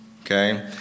okay